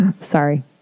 Sorry